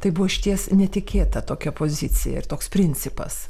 tai buvo išties netikėta tokia pozicija ir toks principas